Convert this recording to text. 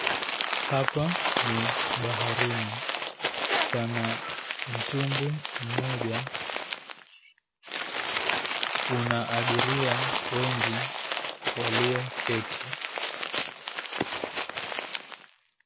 Hapa ni baharini. Pana mtumbwi mmoja, una abiria wengi walioketi.